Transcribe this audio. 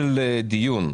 מחירי הדיור,